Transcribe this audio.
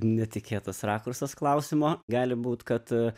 netikėtas rakursas klausimo gali būt kad